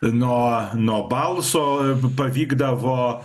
nuo nuo balso pavykdavo